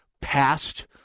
past